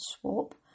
swap